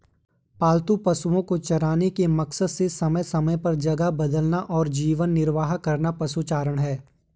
पालतू पशुओ को चराने के मकसद से समय समय पर जगह बदलना और जीवन निर्वाह करना पशुचारण है